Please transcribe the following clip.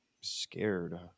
Scared